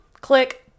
Click